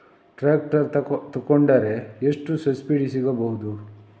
Tractor ತೊಕೊಂಡರೆ ಎಷ್ಟು subsidy ಸಿಗಬಹುದು?